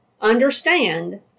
understand